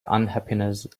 unhappiness